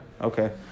Okay